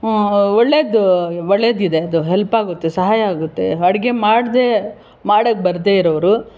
ಒಳ್ಳೆಯದು ಒಳ್ಳೆದಿದೆ ಅದು ಹೆಲ್ಪ್ ಆಗುತ್ತೆ ಸಹಾಯ ಆಗುತ್ತೆ ಅಡುಗೆ ಮಾಡದೇ ಮಾಡಕ್ಕೆ ಬರದೇ ಇರೋರು